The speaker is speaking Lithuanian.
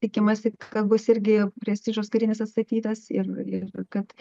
tikimasi kad bus irgi prestižas karinis atstatytas ir ir kad